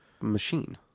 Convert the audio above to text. machine